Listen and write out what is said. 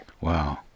Wow